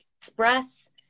express